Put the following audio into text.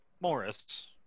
Morris